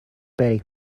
بری